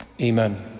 Amen